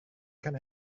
can